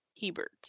Hebert